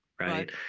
Right